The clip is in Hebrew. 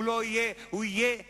הוא יהיה חריג.